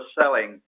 selling